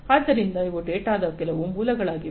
ಆದ್ದರಿಂದ ಇವು ಡೇಟಾದ ಕೆಲವು ಮೂಲಗಳಾಗಿವೆ